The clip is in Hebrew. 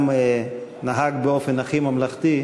וגם נהג באופן הכי ממלכתי,